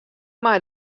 mei